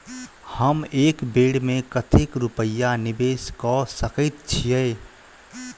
हम एक बेर मे कतेक रूपया निवेश कऽ सकैत छीयै?